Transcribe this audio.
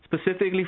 specifically